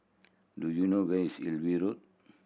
do you know where is Hillview Road